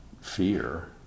fear